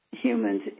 humans